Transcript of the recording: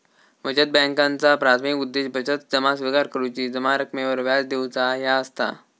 बचत बॅन्कांचा प्राथमिक उद्देश बचत जमा स्विकार करुची, जमा रकमेवर व्याज देऊचा ह्या असता